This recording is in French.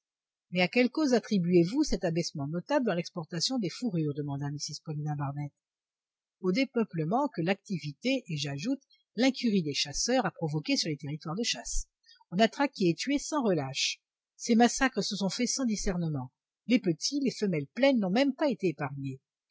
mais à quelle cause attribuez vous cet abaissement notable dans l'exportation des fourrures demanda mrs paulina barnett au dépeuplement que l'activité et j'ajoute l'incurie des chasseurs a provoqué sur les territoires de chasse on a traqué et tué sans relâche ces massacres se sont faits sans discernement les petits les femelles pleines n'ont même pas été épargnés